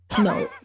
no